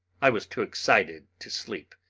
i was too excited to sleep,